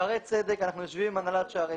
שערי צדק, אנחנו יושבים עם הנהלת בית החולים.